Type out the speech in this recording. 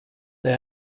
they